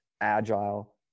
agile